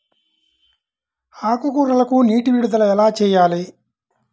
ఆకుకూరలకు నీటి విడుదల ఎలా చేయాలి?